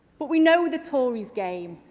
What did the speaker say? but we know the tories game,